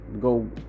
Go